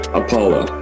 apollo